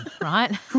right